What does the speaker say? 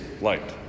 light